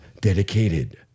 dedicated